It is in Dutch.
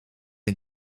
een